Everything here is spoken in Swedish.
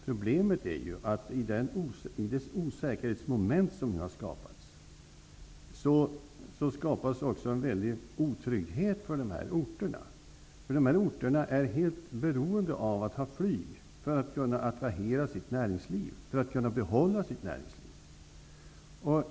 Problemet är ju att det i det osäkerhetsmoment som nu har skapats också uppstår en väldig otrygghet för de här orterna. Dessa orter är helt beroende av att ha flyg för att kunna attrahera sitt näringsliv, för att kunna behålla sitt näringsliv.